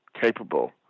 capable